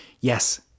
yes